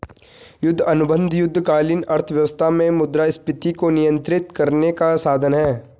युद्ध अनुबंध युद्धकालीन अर्थव्यवस्था में मुद्रास्फीति को नियंत्रित करने का साधन हैं